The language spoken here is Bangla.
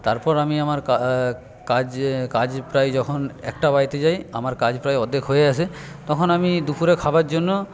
তারপর আমি আমার কাজ কাজ প্রায় যখন একটা বাড়িতে যাই আমার কাজ প্রায় অর্ধেক হয়ে আসে তখন আমি দুপুরে খাওয়ার জন্য